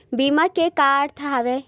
बीमा के का अर्थ हवय?